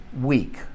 week